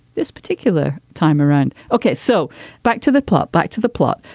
this particular time around okay so back to the plot back to the plot.